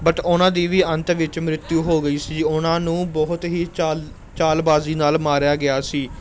but ਉਹਨਾਂ ਦੀ ਵੀ ਅੰਤ ਵਿੱਚ ਮ੍ਰਿਤੂ ਹੋ ਗਈ ਸੀ ਉਹਨਾਂ ਨੂੰ ਬਹੁਤ ਹੀ ਚਾਲ ਚਾਲਬਾਜ਼ੀ ਨਾਲ ਮਾਰਿਆ ਗਿਆ ਸੀ